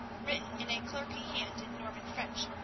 written in a clerkly hand in norman french,